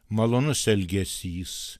malonus elgesys